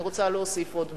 אני רוצה להוסיף עוד מלה: